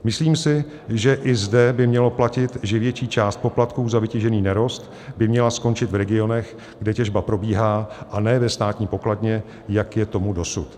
Myslím si, že i zde by mělo platit, že větší část poplatků za vytěžený nerost by měla skončit v regionech, kde těžba probíhá, a ne ve státní pokladně, jak je tomu dosud.